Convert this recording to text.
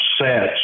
sets